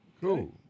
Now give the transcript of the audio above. Cool